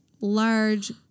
large